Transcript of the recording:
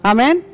Amen